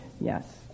Yes